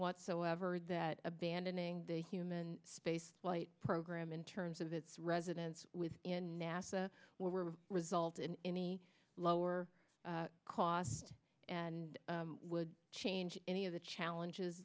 whatsoever that abandoning the human space flight program in terms of its residents within nasa were result in any lower costs and would change any of the challenges